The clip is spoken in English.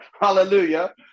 Hallelujah